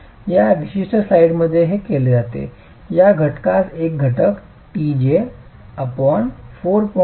या विशिष्ट स्लाइडमध्ये हे केले जाते या घटकास एक घटक द्या tj4